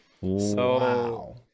wow